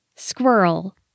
Squirrel